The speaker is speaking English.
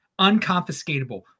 Unconfiscatable